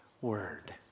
word